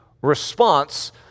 response